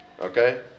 okay